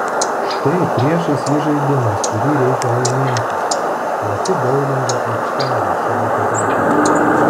štai priešais jį žaidimas kurį reikia laimėti plati boulingo aikštelė šaltą rytą